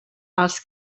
els